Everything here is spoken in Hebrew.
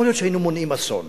יכול להיות שהיינו מונעים אסון.